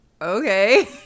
okay